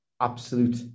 absolute